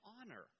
honor